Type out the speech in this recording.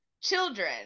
children